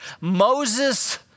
Moses